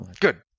good